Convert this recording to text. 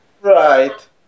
Right